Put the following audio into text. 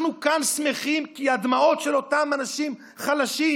אנחנו כאן שמחים כי הדמעות של אותם אנשים חלשים,